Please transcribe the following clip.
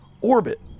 orbit